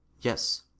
Yes